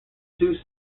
two